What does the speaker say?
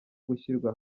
gushyirwa